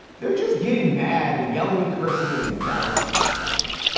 they're just getting mad and yelling and cursing and embarrassing themselves.